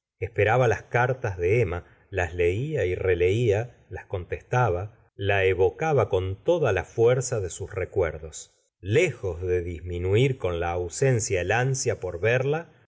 esperaba las cartas de emma las leía y releía las contestaba la evocaba con toda la fuerza de sus recuerdos lejos de disminuir con la ausencia el ansia por verla